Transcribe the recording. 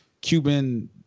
Cuban